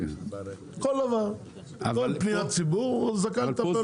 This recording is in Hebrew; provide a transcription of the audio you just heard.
בכל פניית ציבור הוא זכאי לטפל בה.